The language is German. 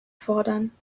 fordern